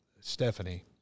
stephanie